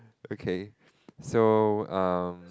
okay so um